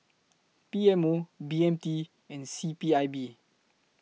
P M O B M T and C P I B